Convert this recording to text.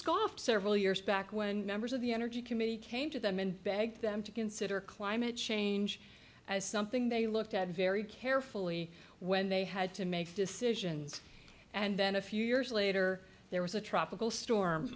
scoffed several years back when members of the energy committee came to them and begged them to consider climate change as something they looked at very carefully when they had to make decisions and then a few years later there was a tropical storm